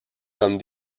comme